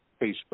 Facebook